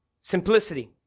Simplicity